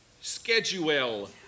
schedule